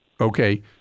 Okay